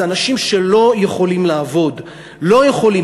זה אנשים שלא יכולים לעבוד, לא יכולים.